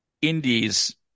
indies